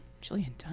Julian